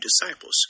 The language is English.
disciples